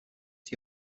die